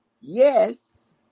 yes